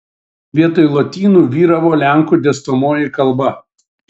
vietoj lotynų vyravo lenkų dėstomoji kalba